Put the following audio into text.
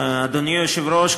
אדוני היושב-ראש,